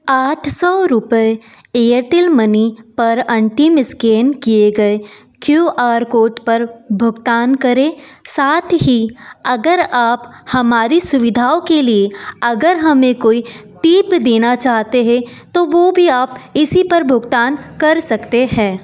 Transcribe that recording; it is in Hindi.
आठ सौ रुपये एयरटेल मनी पर अंतिम स्कैन किए गए क्यू आर कोड पर भुगतान करें टिप कहते हुए एक टिप्पणी जोड़ें